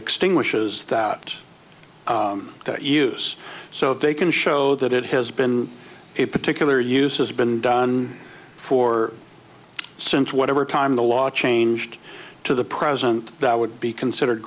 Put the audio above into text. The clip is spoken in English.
extinguishes that to use so they can show that it has been a particular use has been done for since whatever time the law changed to the present that would be considered